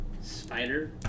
Spider